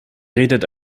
redet